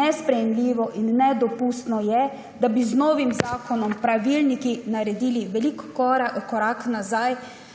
Nesprejemljivo in nedopustno je, da bi z novim zakonom pravilniki naredili velik korak nazaj